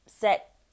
set